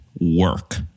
work